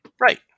right